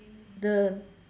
the